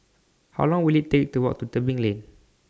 How Long Will IT Take to Walk to Tebing Lane